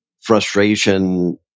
frustration